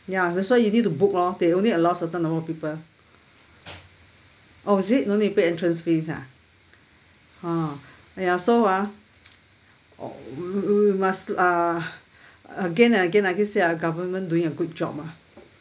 ya that's why you need to book lor they only allow certain number of people oh is it no need to pay entrance fees ah ah !aiya! so ah or must lah again and again lah I say ah government doing a good job mah